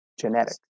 genetics